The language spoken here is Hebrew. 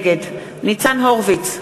נגד ניצן הורוביץ,